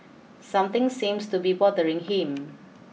something seems to be bothering him